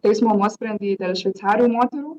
teismo nuosprendį dėl šveicarių moterų